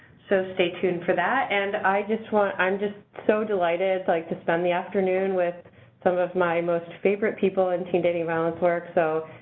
so stay tuned for that. and i just want i'm just so delighted, like, to spend the afternoon with some of my most favorite people in teen dating violence work. so,